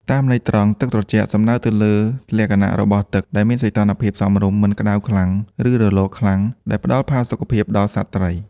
តាមន័យត្រង់ ទឹកត្រជាក់ សំដៅទៅលើលក្ខណៈរបស់ទឹកដែលមានសីតុណ្ហភាពសមរម្យ មិនក្ដៅខ្លាំង ឬរលកខ្លាំង ដែលផ្ដល់ផាសុកភាពដល់សត្វត្រី។